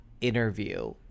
interview